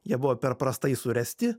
jie buvo per prastai suręsti